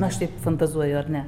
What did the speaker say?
aš taip fantazuoju ar ne